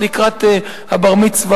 לקראת הבר-מצווה,